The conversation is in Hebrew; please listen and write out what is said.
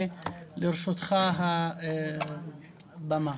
לרשותך הבמה.